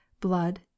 blood